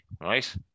right